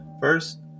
First